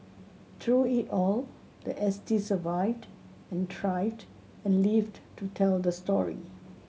through it all the S T survived and thrived and lived to tell the story